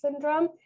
syndrome